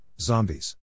zombies